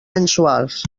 mensuals